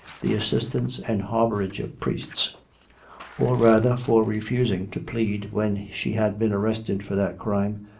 the assistance and harbourage of priests or, rather, for refusing to plead when she had been arrested for that crime,